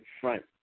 front